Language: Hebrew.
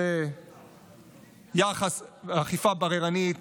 שאכיפה בררנית